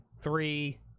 three